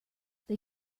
they